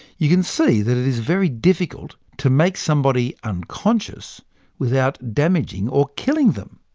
you can see that it is very difficult to make somebody unconscious without damaging or killing them.